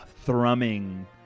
thrumming